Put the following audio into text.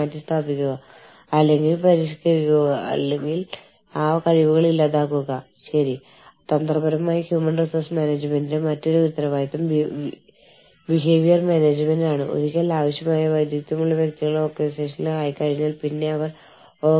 അതിനാൽ ബ്രാൻഡിനെ മൊത്തത്തിൽ ഒരു പ്രാദേശിക ബ്രാൻഡായിട്ടല്ലാതെ ഒരു അന്താരാഷ്ട്ര ബ്രാൻഡായി എങ്ങനെ വിപണനം ചെയ്യാമെന്ന് ശരിക്കും മനസ്സിലാക്കുന്നു ഇപ്പോഴും അഭിരുചിക്കനുസരിച്ച് ജീവനക്കാരുടെ ആവശ്യങ്ങളും പ്രതീക്ഷകളും സ്ഥാപനം ഉൾപ്പെട്ടിരിക്കുന്ന പ്രക്രിയകളുമായി സമന്വയിപ്പിക്കുന്നു